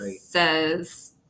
says